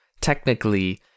Technically